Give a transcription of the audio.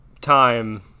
Time